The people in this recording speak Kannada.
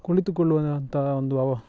ಕುಳಿತುಕೊಳ್ಳುವ ಅಂತಹ ಒಂದು ಅವ